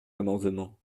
amendement